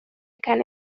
كان